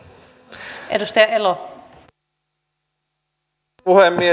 arvoisa puhemies